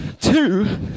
Two